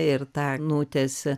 ir tą nutęsi